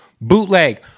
bootleg